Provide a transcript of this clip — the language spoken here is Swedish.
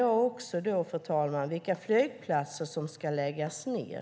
Jag undrar också vilka flygplatser som ska läggas ned.